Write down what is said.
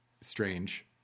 strange